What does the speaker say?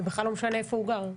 ובכלל לא משנה איפה הוא גר.